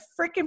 freaking